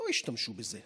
לא השתמשו בזה.